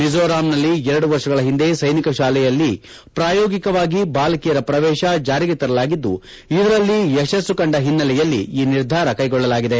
ಮಿಜೋರಾಂ ನಲ್ಲಿ ಎರಡು ವರ್ಷಗಳ ಹಿಂದೆ ಸೈನಿಕ ಶಾಲೆಯಲ್ಲಿ ಪ್ರಾಯೋಗಿಕವಾಗಿ ಬಾಲಕಿಯರ ಪ್ರವೇಶ ಜಾರಿಗೆ ತರಲಾಗಿದ್ದು ಇದರಲ್ಲಿ ಯಶ ಕಂಡ ಹಿನ್ನೆಲೆಲ್ಲಿ ಈ ನಿರ್ಧಾರ ಕೈಗೊಳ್ಳಲಾಗಿದೆ